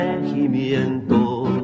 regimiento